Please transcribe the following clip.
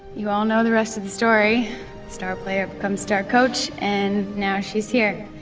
you all know the rest of the story star player becomes star coach, and now she's here.